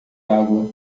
água